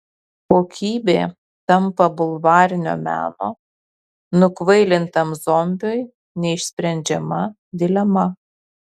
kokybė tampa bulvarinio meno nukvailintam zombiui neišsprendžiama dilema